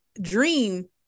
Dream